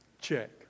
check